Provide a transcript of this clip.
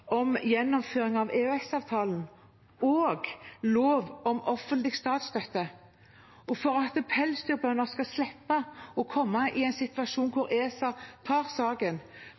om gjennomføring av EØS-avtalen og lov om offentlig statsstøtte. Det er i respekt for at pelsdyrbønder skal slippe å komme i en situasjon hvor ESA tar saken